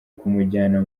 kumujyana